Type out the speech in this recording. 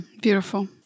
Beautiful